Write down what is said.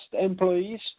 employees